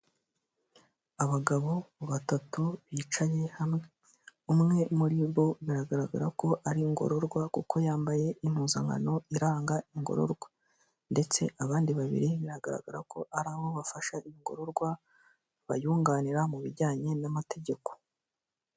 Abagabo batatu bicaye hamwe. Umwe muri bo biragaragara ko ari ingororwa kuko yambaye impuzankano iranga ingororwa, ndetse abandi babiri biragaragara ko ari bo bafasha ingororwa bayunganira mu bijyanye n'amategeko.